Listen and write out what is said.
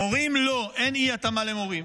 מורים, לא, אין אי-התאמה למורים.